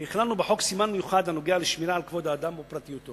כי הכללנו בחוק סימן מיוחד הנוגע לשמירה על כבוד האדם ופרטיותו.